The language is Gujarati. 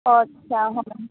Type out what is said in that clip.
અચ્છા હા